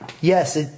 yes